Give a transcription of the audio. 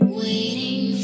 waiting